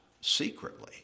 secretly